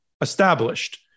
established